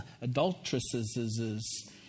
Adulteresses